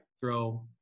Throw